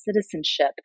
citizenship